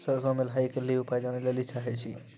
सरसों मे लाही के ली उपाय जाने लैली चाहे छी?